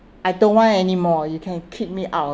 I don't want anymore you can kick me out